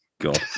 God